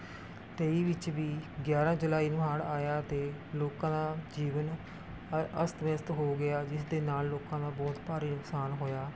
ਤੇਈ ਵਿੱਚ ਵੀ ਗਿਆਰਾਂ ਜੁਲਾਈ ਨੂੰ ਹੜ੍ਹ ਆਇਆ ਅਤੇ ਲੋਕਾਂ ਦਾ ਜੀਵਨ ਅ ਅਸਤ ਵਿਅਸਤ ਹੋ ਗਿਆ ਜਿਸਦੇ ਨਾਲ ਲੋਕਾਂ ਦਾ ਬਹੁਤ ਭਾਰੀ ਨੁਕਸਾਨ ਹੋਇਆ